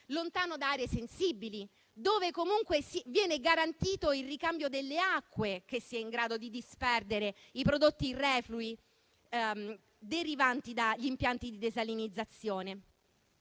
lontano da aree sensibili, dove comunque viene garantito il ricambio delle acque che è in grado di disperdere i prodotti reflui derivanti dagli impianti di desalinizzazione.